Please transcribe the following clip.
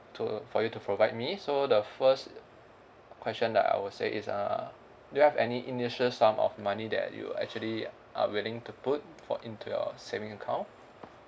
to for you to provide me so the first question that I will say is err do you have any initial sum of money that you actually are willing to put for into your saving account